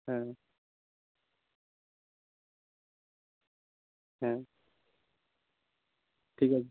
হ্যাঁ হ্যাঁ ঠিক আছে